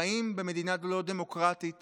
חיים במדינה לא דמוקרטית